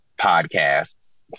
Podcasts